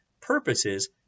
purposes